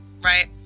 right